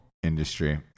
industry